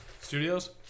Studios